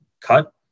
cut